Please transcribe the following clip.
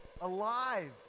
alive